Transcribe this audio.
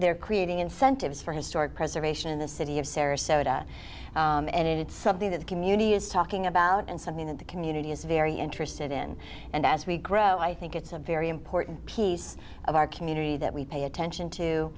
they're creating incentives for historic preservation in the city of sarasota and it's something that the community is talking about and something that the community is very interested in and as we grow i think it's a very important piece of our community that we pay attention to